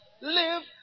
live